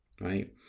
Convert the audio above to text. Right